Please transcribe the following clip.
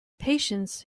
patience